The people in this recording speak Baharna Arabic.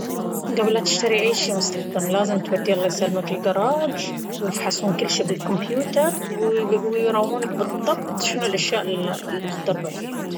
قبل لا تشتري أي شي مستخدم لازم توديه الله يسلمك الكراج، ويفحصون كل شي بالكمبيوتر ويراونك بالضبط شنو الأشياء المختربة فيها